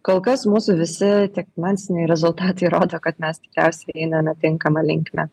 kol kas mūsų visi tiek finansiniai rezultatai rodo kad mes tikriausiai einame tinkama linkme